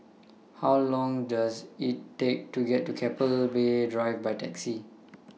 How Long Does IT Take to get to Keppel Bay Drive By Taxi